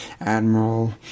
Admiral